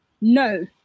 No